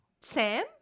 Sam